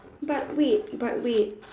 but wait but wait